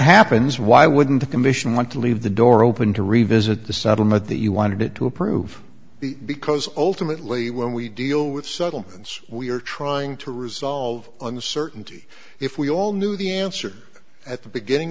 happens why i wouldn't the commission want to leave the door open to revisit the settlement that you wanted to approve the because ultimately when we deal with settlements we are trying to resolve uncertainty if we all knew the answer at the beginning